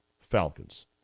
Falcons